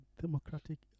Democratic